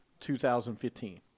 2015